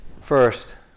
First